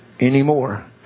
anymore